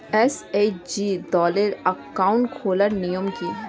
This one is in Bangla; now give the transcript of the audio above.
এস.এইচ.জি দলের অ্যাকাউন্ট খোলার নিয়ম কী?